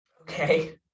Okay